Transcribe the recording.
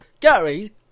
Gary